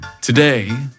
Today